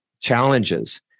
challenges